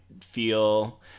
feel